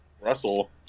Russell